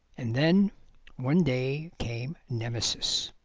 and then one day came nemesis.